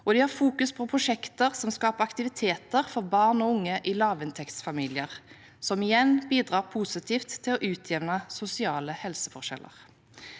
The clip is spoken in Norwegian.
De fokuserer på prosjekter som skaper aktiviteter for barn og unge i lavinntektsfamilier, noe som igjen bidrar positivt til å utjevne sosiale helseforskjeller.